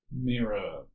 mirror